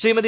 Shrimati